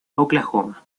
oklahoma